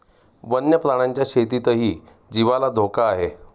वन्य प्राण्यांच्या शेतीतही जीवाला धोका आहे